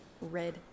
red